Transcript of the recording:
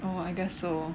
well I guess so